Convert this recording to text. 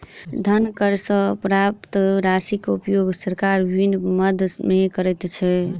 धन कर सॅ प्राप्त राशिक उपयोग सरकार विभिन्न मद मे करैत छै